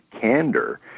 candor